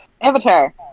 Avatar